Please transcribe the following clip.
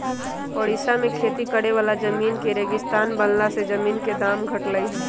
ओड़िशा में खेती करे वाला जमीन के रेगिस्तान बनला से जमीन के दाम घटलई ह